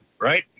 Right